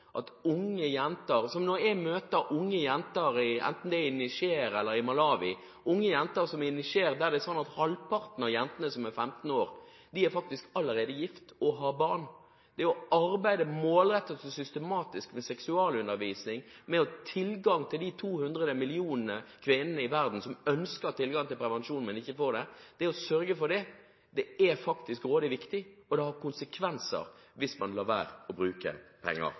unge jenter i Niger og Malawi – i Niger er det sånn at halvparten av jentene som er 15 år, faktisk allerede er gift og har barn. Det å arbeide målrettet og systematisk med seksualundervisning, med å gi tilgang til prevensjon til de 200 millioner kvinner i verden som ønsker det, men ikke får det, er faktisk grådig viktig, og det har konsekvenser hvis man lar være å bruke penger